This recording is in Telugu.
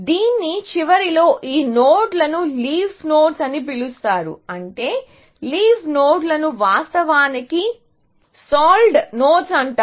దీని చివరలో ఈ నోడ్లను లీఫ్ నోడ్స్ అని పిలుస్తారు అంటే లీఫ్ నోడ్లను వాస్తవానికి సాల్వ్డ్ నోడ్స్ అంటారు